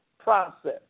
process